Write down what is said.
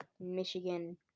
Michigan